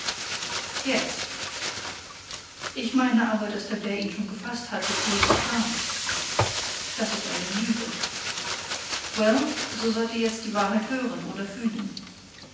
yes ich meine aber daß der bär ihn schon gefaßt hatte ehe ich kam das ist eine lüge well so sollt ihr jetzt die wahrheit hören oder fühlen